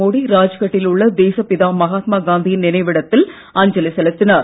மோடி ராஜ்கட் டில் உள்ள தேசப் பிதா மகாத்மா காந்தியின் நினைவிடத்தில் அஞ்சலி செலுத்தினார்